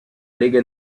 lega